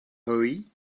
hooey